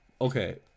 Okay